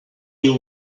you